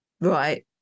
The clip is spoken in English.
Right